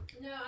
No